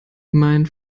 mein